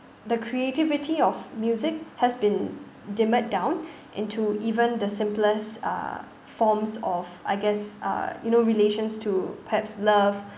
the creativity of music has been dimmered down into even the simplest uh forms of I guess uh you know relations to perhaps love